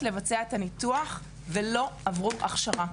לבצע את הניתוח ולא עברו הכשרה לזה.